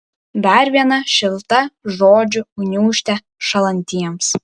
dar viena šilta žodžių gniūžtė šąlantiems